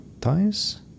times